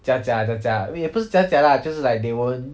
假假的假也不是假假 lah 就是 like they won't